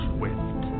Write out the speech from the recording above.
Swift